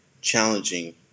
challenging